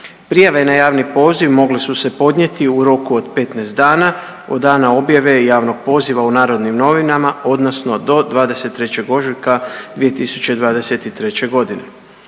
Prijave na javni poziv mogle su se podnijeti u roku od 15 dana od dana objave javnog poziva u Narodnim novinama odnosno do 23. ožujka 2023. godine.